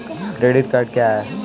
Credit card का क्या कार्य है?